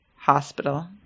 hospital